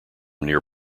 near